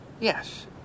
Yes